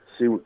See